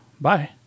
Bye